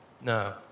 No